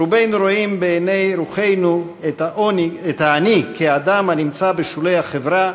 רובנו רואים בעיני רוחנו את העני כאדם הנמצא בשולי החברה,